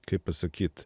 kaip pasakyti